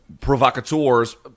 provocateurs